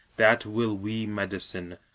that will we medicine,